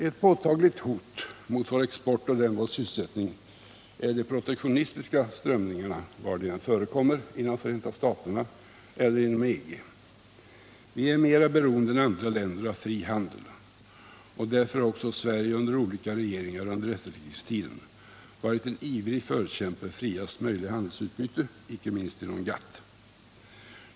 Ett påtagligt hot mot vår export och därmed vår sysselsättning är de protektionistiska strömningarna var de än förekommer, inom Förenta staterna eller inom EG. Sverige är mera beroende än andra länder av frihandel och därför har också Sverige under olika regeringar under efterkrigstiden varit en ivrig förkämpe för friaste möjliga handelsutbyte, inte minst inom GATT.